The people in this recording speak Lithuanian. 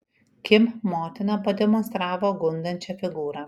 kim motina pademonstravo gundančią figūrą